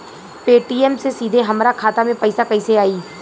Paytm से सीधे हमरा खाता मे पईसा कइसे आई?